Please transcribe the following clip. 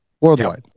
worldwide